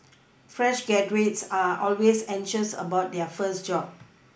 fresh graduates are always anxious about their first job